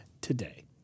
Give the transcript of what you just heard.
today